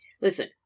Listen